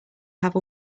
have